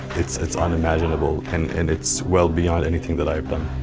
it's it's unimaginable, and and it's well beyond anything that i've done.